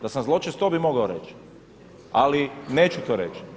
Da sam zločest to bih mogao reći, ali neću to reći.